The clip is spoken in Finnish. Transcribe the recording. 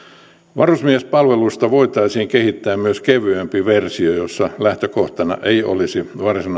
varusmiespalveluksesta voitaisiin kehittää myös kevyempi versio jossa lähtökohtana ei olisi varsinaisesti